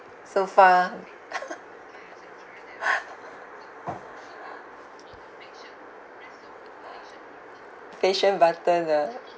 so far patient button ah